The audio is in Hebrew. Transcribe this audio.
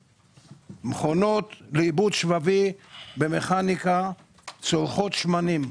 מכונות לעיבוד שבבי צורכות שמנים.